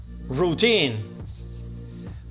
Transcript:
routine